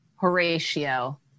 Horatio